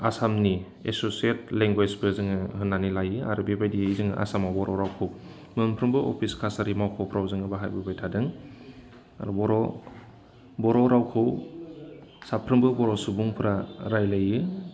आसामनि एससियेट लेंगुवेजबो जोङो होननानै लायो आरो बेबायदियै जोङो आसामाव बर' रावखौ मोनफ्रोमबो अफिस खासारि मावख'फ्राव जोङो बाहायबोबाय थादों आरो बर' बर' रावखौ साफ्रोमबो बर' सुबुंफ्रा रायज्लायो